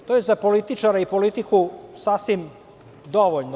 To je za političare i politiku sasvim dovoljno.